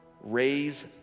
Raise